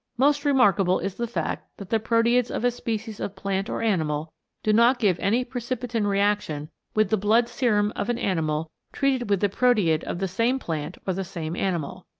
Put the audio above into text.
most remarkable is the fact that the proteids of a species of plant or animal do not give any precipitin reaction with the blood serum of an animal treated with the proteid of the same plant or the same animal.